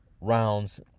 rounds